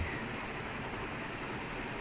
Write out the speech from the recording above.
இல்ல:illa I haven't seen in my life nice